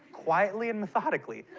quietly and methodically.